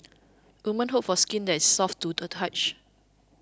women hope for skin that is soft to the touch